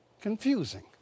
confusing